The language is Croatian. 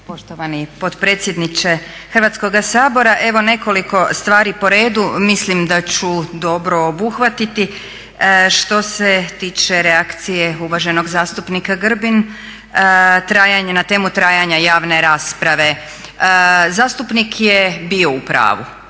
poštovani potpredsjedniče Hrvatskoga sabora, evo nekoliko stvari po redu. Mislim da ću dobro obuhvatiti. Što se tiče reakcije uvaženog zastupnika Grbin na temu trajanja javne rasprave. Zastupnik je bio u pravu